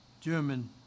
German